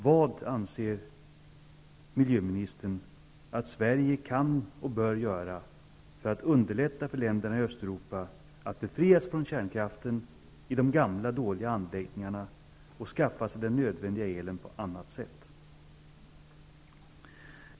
Vad anser miljöministern att Sverige kan och bör göra för att underlätta för länderna i Östeuropa att befria sig från kärnkraften i de gamla och dåliga anläggningarna och skaffa sig den nödvändiga elen på annat sätt?